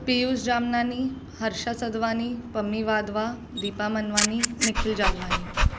Piyush Jamnani Harsha Sadwani Pami Wadhwa Deepa Manwani Nikhil Jadhwani